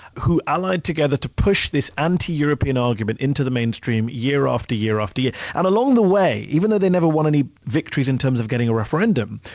who allied together to push this anti-european argument into the mainstream, year after year after year. yeah and along the way, even though they never won any victories, in terms of getting referendum,